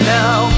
now